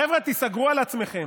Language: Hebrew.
חבר'ה, תיסגרו על עצמכם.